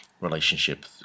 relationship